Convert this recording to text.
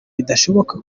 bidashoboka